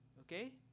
Okay